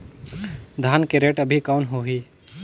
धान के रेट अभी कौन होही?